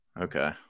okay